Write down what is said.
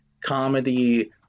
comedy